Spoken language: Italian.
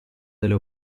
delle